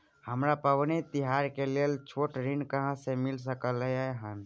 हमरा पबनी तिहार के लेल छोट ऋण कहाँ से मिल सकलय हन?